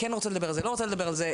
לא רוצה לדבר על זה,